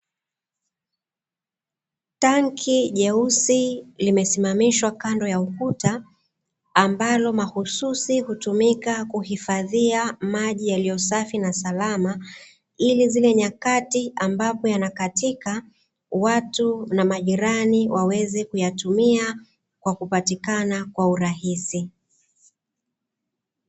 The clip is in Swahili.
Tanki jeusi limesimamishwa kando ya ukuta, ambalo mahususi hutumika kuhifadhia maji yaliyo safi na salama ili zile nyakati ambapo yanakatika, watu na majirani waweze kuyatumia kwa kupatikana kwa urahisi.